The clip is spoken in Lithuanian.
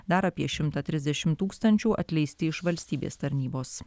dar apie šimtą trisdešimt tūkstančių atleisti iš valstybės tarnybos